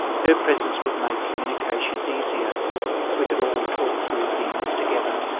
her presence would make communication easier we could all talk through things together.